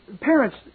Parents